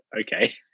okay